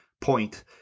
point